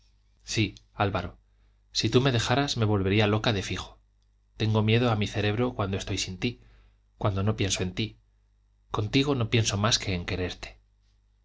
sí álvaro si tú me dejaras me volvería loca de fijo tengo miedo a mi cerebro cuando estoy sin ti cuando no pienso en ti contigo no pienso más que en quererte